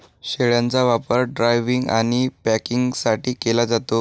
शेळ्यांचा वापर ड्रायव्हिंग आणि पॅकिंगसाठी केला जातो